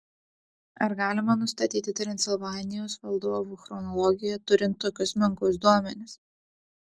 ar galima nustatyti transilvanijos valdovų chronologiją turint tokius menkus duomenis